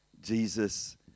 Jesus